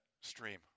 stream